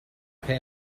pay